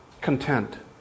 content